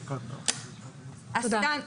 תודה.